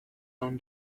own